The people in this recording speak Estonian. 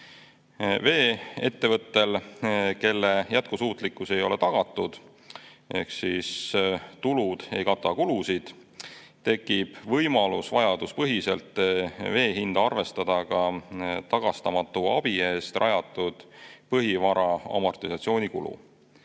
Vee-ettevõttel, kelle jätkusuutlikkus ei ole tagatud ehk tulud ei kata kulusid, tekib võimalus vajaduspõhiselt vee hinda arvestada ka tagastamatu abi eest rajatud põhivara amortisatsioonikulu.